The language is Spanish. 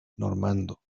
normando